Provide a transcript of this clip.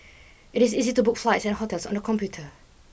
it is easy to book flights and hotels on the computer